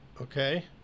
Okay